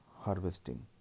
harvesting